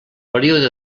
període